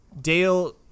Dale